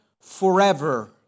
forever